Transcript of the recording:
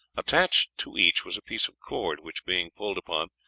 attached to each was a piece of cord which, being pulled upon,